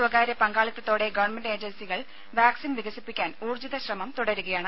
സ്വകാര്യ പങ്കാളിത്തതോടെ ഗവൺമെന്റ് ഏജൻസികൾ വാക്സിൻ വികസിപ്പിക്കാൻ ഊർജ്ജിത ശ്രമം തുടരുകയാണ്